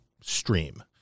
stream